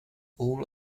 all